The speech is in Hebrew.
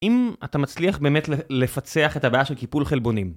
אם אתה מצליח באמת לפצח את הבעיה של כיפול חלבונים.